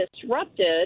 disrupted